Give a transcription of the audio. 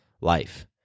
life